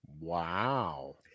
Wow